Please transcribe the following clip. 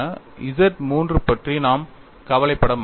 Z III பற்றி நாம் கவலைப்பட மாட்டோம்